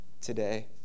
today